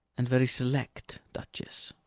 and very select, duchess.